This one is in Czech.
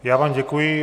Já vám děkuji.